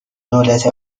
دولت